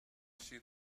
see